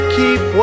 keep